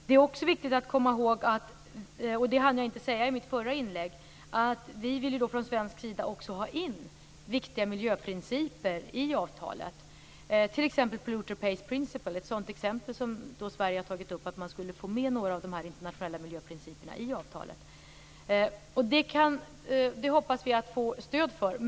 Jag hann i mitt förra anförande inte säga att det är viktigt att komma ihåg att vi från svensk sida också vill ha in viktiga miljöprinciper i avtalet, t.ex. pollutor pays principle, som är ett sådant exempel som Sverige har tagit upp för att få med några av de internationella miljöprinciperna i avtalet. Det hoppas vi få stöd för.